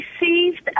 received